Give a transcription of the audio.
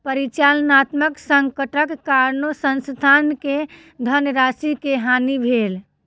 परिचालनात्मक संकटक कारणेँ संस्थान के धनराशि के हानि भेल